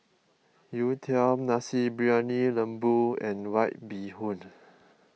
Youtiao Nasi Briyani Lembu and White Bee Hoon